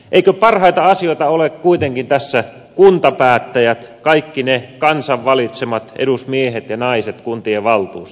eivätkö parhaita asiantuntijoita ole kuitenkin tässä kuntapäättäjät kaikki ne kansan valitsemat edusmiehet ja naiset kuntien valtuustoissa